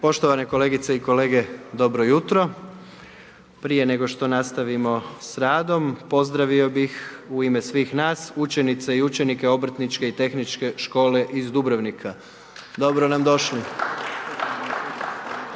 Poštovane kolegice i kolege dobro jutro. Prije nego što nastavimo sa radom, pozdravio bih u ime svih nas učenice i učenike obrtničke i tehničke škole iz Dubrovnika. Dobro nam došli.